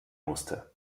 musste